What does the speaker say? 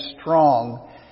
strong